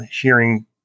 hearing –